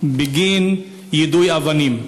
בגין יידוי אבנים.